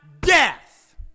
death